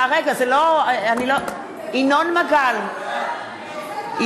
אינו נוכח שולי מועלם-רפאלי,